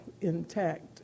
intact